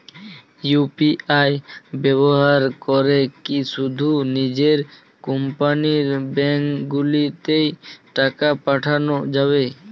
UPI ব্যবহার করে কি শুধু নিজের কোম্পানীর ব্যাংকগুলিতেই টাকা পাঠানো যাবে?